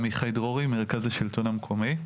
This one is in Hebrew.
עמיחי דרורי, מרכז השלטון המקומי.